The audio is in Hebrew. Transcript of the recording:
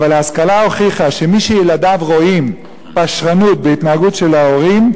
אבל ההשכלה הוכיחה שמי שילדיו רואים פשרנות בהתנהגות של ההורים,